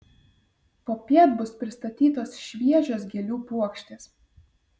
popiet bus pristatytos šviežios gėlių puokštės